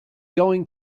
going